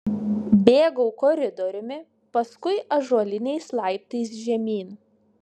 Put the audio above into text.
bėgau koridoriumi paskui ąžuoliniais laiptais žemyn